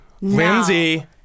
Lindsay